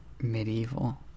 medieval